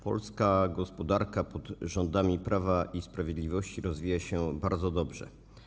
Polska gospodarka pod rządami Prawa i Sprawiedliwości rozwija się bardzo dobrze.